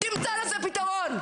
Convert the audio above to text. תמצא לזה פתרון.